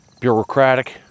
bureaucratic